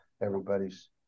everybody's